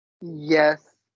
Yes